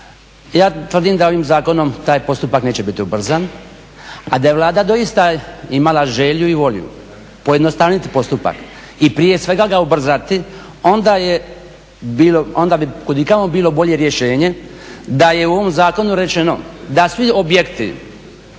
Ja tvrdim da ovim zakonom taj postupak neće biti ubrzan, a da je Vlada doista imala želju i volju pojednostavniti postupak i prije svega ga ubrzati onda bi kud i kamo bilo bolje rješenje da je u ovom zakonu rečeno da svi objekti